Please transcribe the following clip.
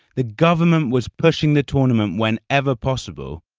the government was pushing the tournament whenever possible.